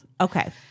Okay